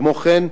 כמו כן,